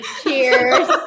Cheers